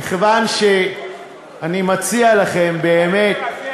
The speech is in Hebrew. אני מציע לכם, באמת,